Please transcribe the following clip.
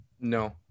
No